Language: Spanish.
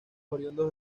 oriundos